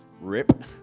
rip